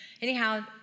anyhow